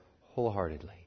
wholeheartedly